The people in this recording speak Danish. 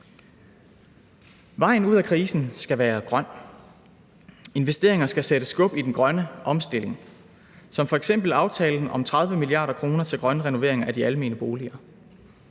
Vejen ud af krisen skal være grøn. Investeringerne skal sætte skub i den grønne omstilling som f.eks. aftalen om 30 mia. kr. til grønne renoveringer af de almene boliger.